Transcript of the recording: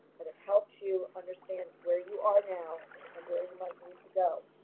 but it helps you understand where you are now and where you might need to go.